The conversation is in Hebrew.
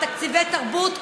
תקציבי תרבות,